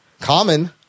Common